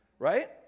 Right